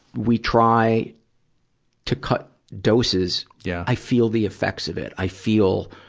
we try to cut doses, yeah i feel the effects of it. i feel,